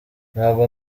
ntabwo